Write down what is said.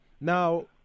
Now